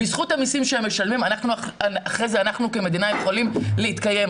בזכות המיסים שהם משלמים אחרי זה אנחנו כמדינה יכולים להתקיים.